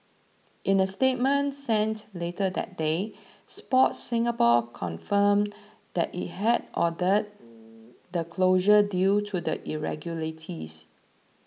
in a statement sent later that day Sport Singapore confirmed that it had ordered the closure due to the irregularities